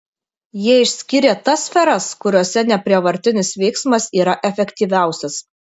jie išskyrė tas sferas kuriose neprievartinis veiksmas yra efektyviausias